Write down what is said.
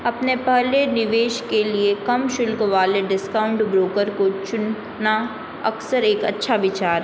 अपने पहले निवेश के लिए कम शुल्क वाले डिस्काउंट ब्रोकर को चुन्ना अक्सर एक अच्छा विचार